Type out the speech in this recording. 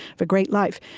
a great life.